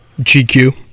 GQ